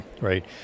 right